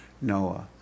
Noah